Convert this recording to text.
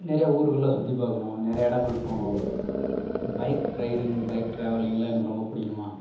நிறையா ஊருகள்லாம் சுற்றிப் பார்க்கணும் நிறையா இடங்கள் போகணும் ம் பைக் ரைடிங் பைக் டிராவலிங்லாம் எனக்கு ரொம்ப பிடிக்கும்மா